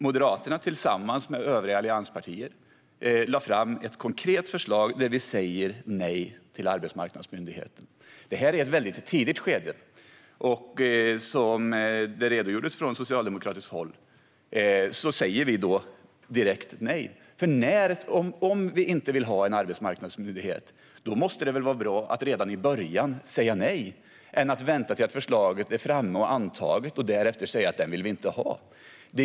Moderaterna lade tillsammans med övriga allianspartier fram ett konkret förslag där vi sa nej till arbetsmarknadsmyndigheten. Detta är ett mycket tidigt skede. Som det redogjordes för från socialdemokratiskt håll säger vi direkt nej. Om vi inte vill ha en arbetsmarknadsmyndighet måste det väl vara bättre att redan i början säga nej än att vänta tills förslaget har lagts fram och antagits och därefter säga att vi inte vill ha en sådan myndighet?